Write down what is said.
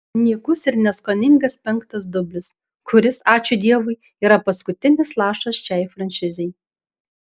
nykus ir neskoningas penktas dublis kuris ačiū dievui yra paskutinis lašas šiai franšizei